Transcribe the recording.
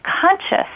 conscious